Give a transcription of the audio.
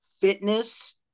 fitness